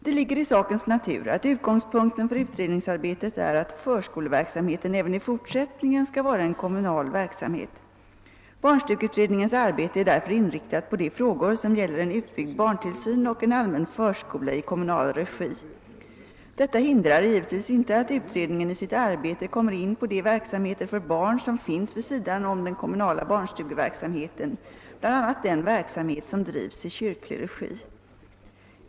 Det ligger i sakens natur att utgångspunkten för utredningsarbetet är att förskoleverksamheten även i fortsätt ningen skall vara en kommunal verksamhet. Barnstugeutredningens arbete är därför inriktat på de frågor som gäller en utbyggd barntillsyn och en allmän förskola i kommunal regi. Detta hindrar givetvis inte att utredningen i sitt arbete kommer in på de verksamheter för barn som finns vid sidan om den kommunala barnstugeverksamheten, bl.a. den verksamhet som drivs i kyrklig regi.